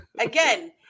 Again